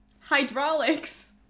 hydraulics